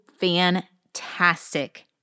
fantastic